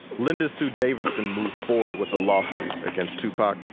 linda sue davidson moved forward with a lawsuit against tupac,